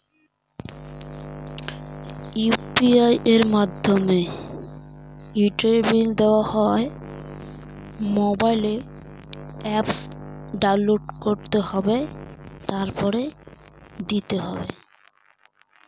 UPI এর মাধ্যমে কি ইউটিলিটি বিল দেওয়া যায়?